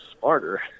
smarter